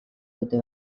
dute